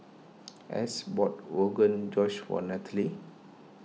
Estes bought Rogan Josh one Nallely